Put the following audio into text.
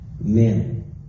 men